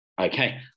Okay